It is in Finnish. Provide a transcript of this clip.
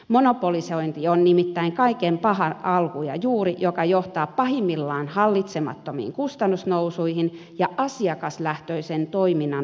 monopolisointi on nimittäin kaiken pahan alku ja juuri joka johtaa pahimmillaan hallitsemattomiin kustannusnousuihin ja asiakaslähtöisen toiminnan unohtamiseen